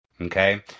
Okay